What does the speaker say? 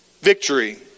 victory